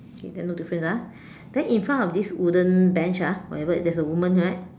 okay there no differences ah then in front of this wooden bench ah whatever it is there's woman right